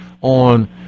on